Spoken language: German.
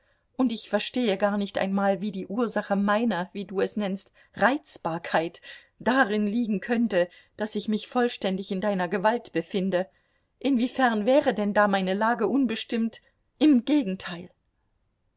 und ich verstehe gar nicht einmal wie die ursache meiner wie du es nennst reizbarkeit darin liegen könnte daß ich mich vollständig in deiner gewalt befinde inwiefern wäre denn da meine lage unbestimmt im gegenteil